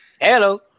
Hello